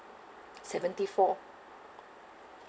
seventy four